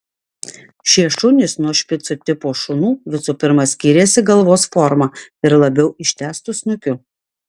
šie šunys nuo špicų tipo šunų visų pirma skyrėsi galvos forma ir labiau ištęstu snukiu